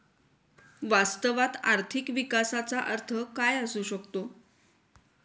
वास्तवात आर्थिक विकासाचा अर्थ काय असू शकतो?